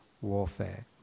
warfare